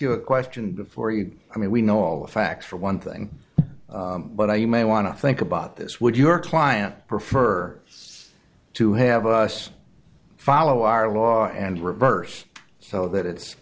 you a question for you i mean we know all the facts for one thing but i you may want to think about this would your client prefer to have us follow our law and reverse so that it's